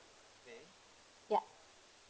ya